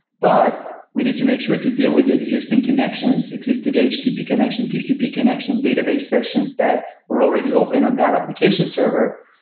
but we need to make sure to deal with the existing connections, existing http connection, tcp connection, database sessions that were already open on that application server.